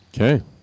Okay